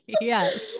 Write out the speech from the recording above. yes